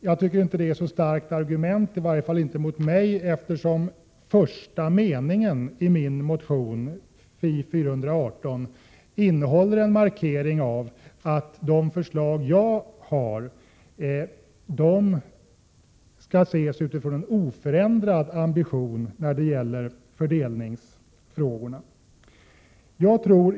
Jag tycker inte att det är ett så starkt argument, eftersom första meningen i min motion Fi418 innehåller en markering av att de förslag jag har utgår från en oförändrad ambition när det gäller fördelningsfrågorna.